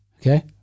Okay